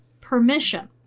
permission